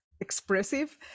expressive